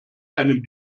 einem